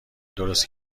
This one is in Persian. درست